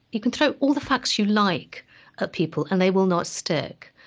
you can throw all the facts you like at people, and they will not stick.